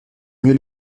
mieux